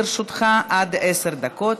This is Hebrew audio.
לרשותך עד עשר דקות.